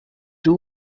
two